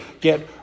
get